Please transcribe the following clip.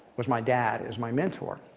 was my dad as my mentor.